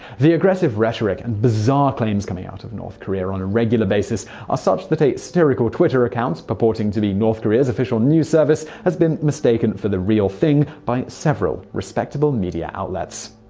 the aggressive rhetoric and bizarre claims coming out of north korea on a regular basis are such that a satirical twitter account, purporting to be north korea's official news service, has been mistaken for the real thing by several respectable media outlets.